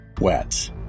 wet